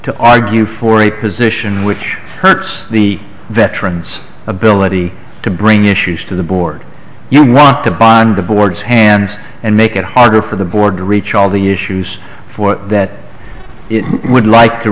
to argue for a position which hurts the veterans ability to bring issues to the board you want to bond the board's hands and make it harder for the board to reach all the issues that it would like to